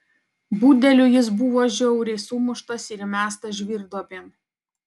budelių jis buvo žiauriai sumuštas ir įmestas žvyrduobėn